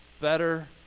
better